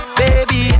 baby